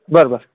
बरं बरं